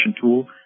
tool